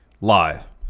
live